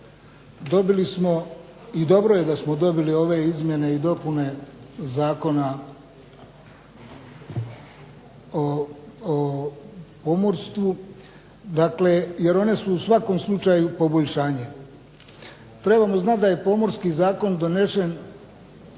Dobili smo i dobro je da smo dobili ove Izmjene i dopune Zakona o pomorstvu, dakle, jer one u svakom slučaju poboljšanje. Trebamo znati da je Pomorski zakon donesen